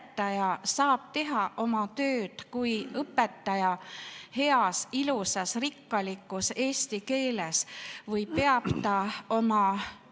saab teha oma tööd heas ilusas rikkalikus eesti keeles või peab ta oma